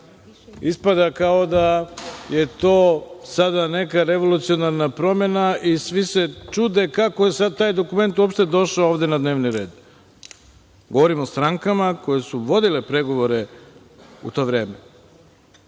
ispada kao da je to sada neka revolucionarna promena i svi se čude kako je taj dokument uopšte došao na dnevni red. Govorim o strankama koje su vodile pregovore u to vreme,